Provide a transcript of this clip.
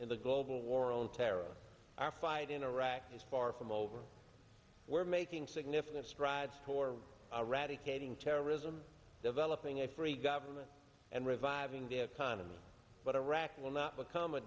in the global war on terror our fight in iraq is far from over we're making significant strides for already getting terrorism developing a free government and reviving the economy but iraq will not become a